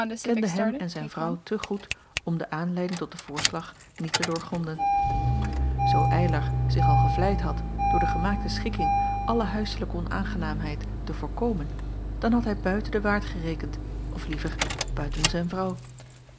kende hem en zijn vrouw te goed om de aanleiding tot den voorslag niet te doorgronden zoo eylar zich al gevleid had door de gemaakte schikking alle huiselijke onaangenaamheid te voorkomen dan had hij buiten den waard gerekend of liever buiten zijn vrouw